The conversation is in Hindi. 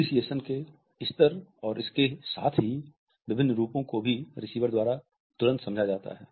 एप्रीसिएशन के स्तर और साथ ही इसके विभिन्न रूपों को भी रिसीवर द्वारा तुरंत समझा जाता है